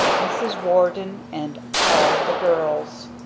mrs. warden and all the girls.